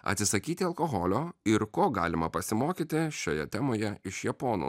atsisakyti alkoholio ir ko galima pasimokyti šioje temoje iš japonų